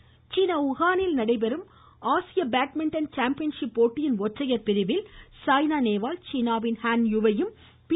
badminton உஹானில் நடைபெறும் ஆசிய பேட்மிண்டன் சாம்பியன் சீன சிப் போட்டியின் ஒற்றையர் பிரிவில் சாய்னா நேவால் சீனாவின் ஹான்யூவையும் பி